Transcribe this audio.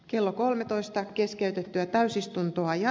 kello kolmetoista keskeytyttyä täysistuntoa ja